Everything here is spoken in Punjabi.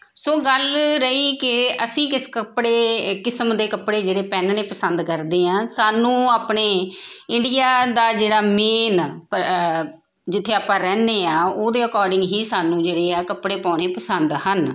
ਸੋ ਗੱਲ ਰਹੀ ਕਿ ਅਸੀਂ ਕਿਸ ਕੱਪੜੇ ਕਿਸਮ ਦੇ ਕੱਪੜੇ ਜਿਹੜੇ ਪਹਿਨਣੇ ਪਸੰਦ ਕਰਦੇ ਹਾਂ ਸਾਨੂੰ ਆਪਣੇ ਇੰਡੀਆ ਦਾ ਜਿਹੜਾ ਮੇਨ ਜਿੱਥੇ ਆਪਾਂ ਰਹਿੰਦੇ ਹਾਂ ਉਹਦੇ ਅਕੋਰਡਿੰਗ ਹੀ ਸਾਨੂੰ ਜਿਹੜੇ ਆ ਕੱਪੜੇ ਪਾਉਣੇ ਪਸੰਦ ਹਨ